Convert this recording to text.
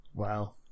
wow